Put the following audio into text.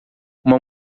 uma